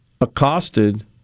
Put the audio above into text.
accosted